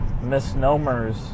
misnomers